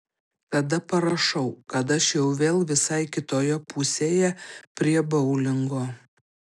tada parašau kad aš jau vėl visai kitoje pusėje prie boulingo